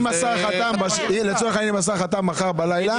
אם השר חתם מחר בלילה,